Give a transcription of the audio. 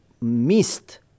missed